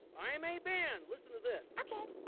i'm a band, listen to this. okay.